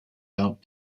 out